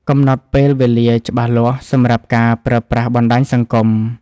កំណត់ពេលវេលាច្បាស់លាស់សម្រាប់ការប្រើប្រាស់បណ្ដាញសង្គម។